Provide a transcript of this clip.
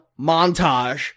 montage